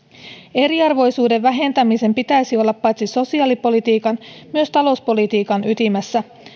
eriarvoisuuden vähentämisen pitäisi olla paitsi sosiaalipolitiikan myös talouspolitiikan ytimessä